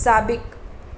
साबिक